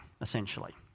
essentially